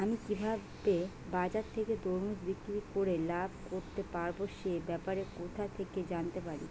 আমি কিভাবে বাজার থেকে তরমুজ বিক্রি করে লাভ করতে পারব সে ব্যাপারে কোথা থেকে জানতে পারি?